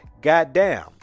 goddamn